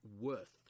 worth